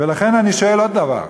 ולכן אני שואל עוד דבר,